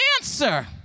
answer